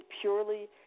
purely